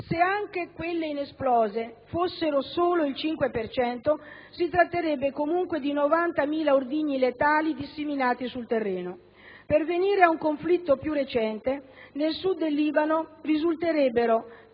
Se anche quelle inesplose fossero solo il 5 per cento, si tratterebbe comunque di 90.000 ordigni letali disseminati sul terreno. Per venire a un conflitto più recente, nel Sud del Libano risulterebbero